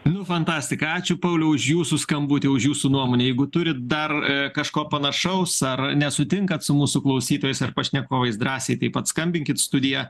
nu fantastika ačiū pauliau už jūsų skambutį už jūsų nuomonę jeigu turit dar kažko panašaus ar nesutinkat su mūsų klausytojais ar pašnekovais drąsiai tai pat skambinkit studija